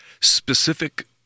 specific